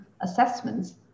assessments